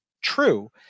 true